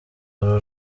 uru